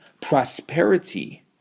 prosperity